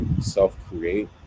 self-create